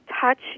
touch